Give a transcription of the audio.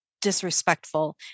disrespectful